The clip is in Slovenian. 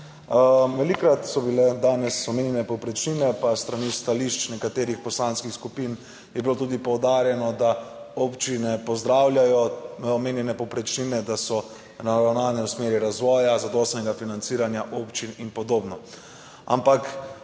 Velikokrat so bile danes omenjene povprečnine, pa s strani stališč nekaterih poslanskih skupin je bilo tudi poudarjeno, da občine pozdravljajo omenjene povprečnine, da so naravnane v smeri razvoja, zadostnega financiranja občin in podobno. Ampak